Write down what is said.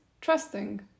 trusting